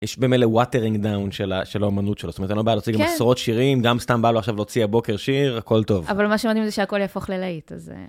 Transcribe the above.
יש במילא וואטרינג דאון של האמנות שלו. זאת אומרת, אין לו בעיה להוציא עשרות שירים, גם סתם בא לו עכשיו להוציא הבוקר שיר, הכל טוב. אבל מה שמדהים זה שהכל יהפוך לליט, אז...